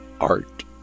art